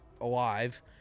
alive